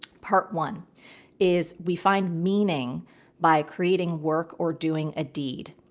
part one is we find meaning by creating work or doing a deed.